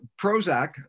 Prozac